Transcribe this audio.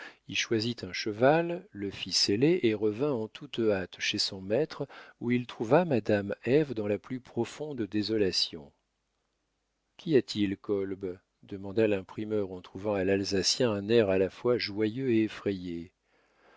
y choisit un cheval le fit seller et revint en toute hâte chez son maître où il trouva madame ève dans la plus profonde désolation qu'y a-t-il kolb demanda l'imprimeur en trouvant à l'alsacien un air à la fois joyeux et effrayé